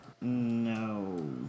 No